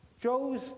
Joe's